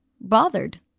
bothered